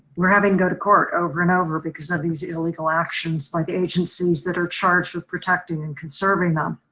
we're having go to court over and over because of these illegal actions by the agencies that are charged with protecting and conserving them.